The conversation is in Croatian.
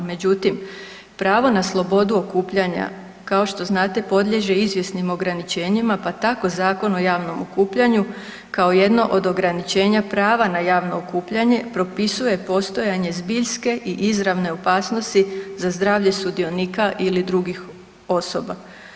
Međutim, pravo na slobodu okupljanja kao što znate podliježe izvjesnim ograničenjima pa tako Zakon o javnom okupljanju kao jedno od ograničenja prava na javno okupljanje propisuje postojanje zbiljske i izravne opasnosti za zdravlje sudionika ili drugih osoba.